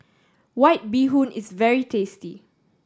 White Bee Hoon is very tasty